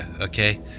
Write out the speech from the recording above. okay